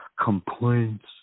complaints